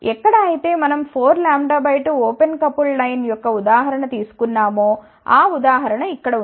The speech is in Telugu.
ఎక్కడ అయితే మనం 4 λ 2 ఓపెన్ కపుల్డ్ లైన్ యొక్క ఉదాహరణ తీసుకున్నామో ఆ ఉదాహరణ ఇక్కడ ఉంది